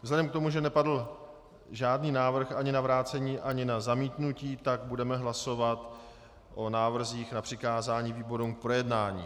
Vzhledem k tomu, že nepadl žádný návrh ani na vrácení, ani na zamítnutí, tak budeme hlasovat o návrzích na přikázání výborům, k projednání.